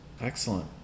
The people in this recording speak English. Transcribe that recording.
Excellent